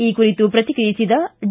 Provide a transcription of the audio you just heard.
ಈ ಕುರಿತು ಪ್ರತಿಕ್ರಿಯಿಸಿದ ಡಿ